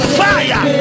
fire